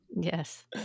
Yes